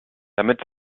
damit